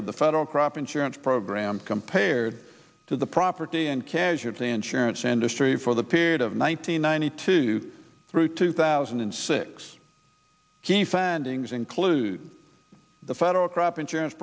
of the federal crop insurance program compared to the property and casualty insurance industry for the period of one thousand nine hundred two through two thousand and six key findings include the federal crop insurance